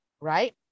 right